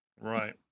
Right